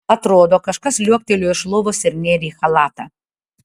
atrodo kažkas liuoktelėjo iš lovos ir nėrė į chalatą